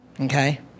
okay